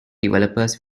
developers